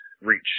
reach